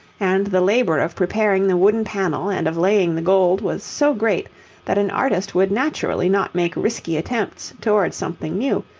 and the labour of preparing the wooden panel and of laying the gold was so great that an artist would naturally not make risky attempts towards something new,